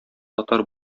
татар